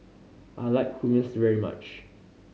I like Hummus very much